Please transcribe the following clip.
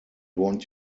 want